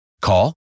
Call